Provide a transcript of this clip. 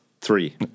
Three